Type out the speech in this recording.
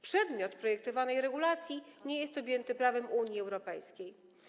Przedmiot projektowanej regulacji nie jest objęty prawem Unii Europejskiej.